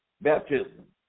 baptism